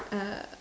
uh